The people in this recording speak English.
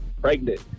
pregnant